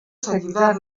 seguida